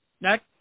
Next